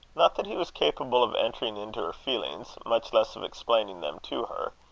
not that he was capable of entering into her feelings, much less of explaining them to her.